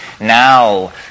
Now